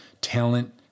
talent